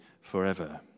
forever